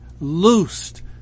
loosed